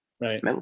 Right